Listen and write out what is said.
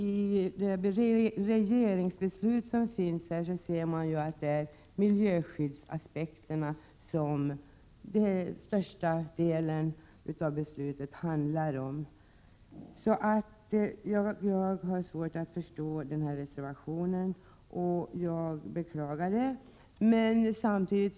Det regeringsbeslut som finns med i handlingarna handlar till största delen om miljöskyddsaspekterna. Jag har därför svårt att förstå reservationen, och det beklagar jag.